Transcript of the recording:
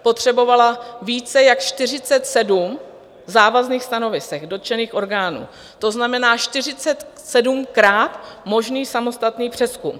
Potřebovala více jak 47 závazných stanovisek dotčených orgánů, to znamená 47krát možný samostatný přezkum.